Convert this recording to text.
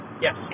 Yes